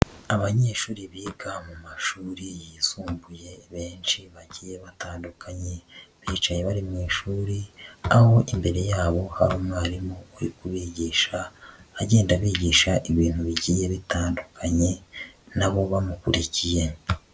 Abanyeshuri biga mu mashuri yisumbuye benshi bagiye batandukanye, bicaye bari mu ishuri aho imbere yabo hari umwarimu uri kubigisha, agenda abigisha ibintu bigiye bitandukanye nabo bamukurikiye.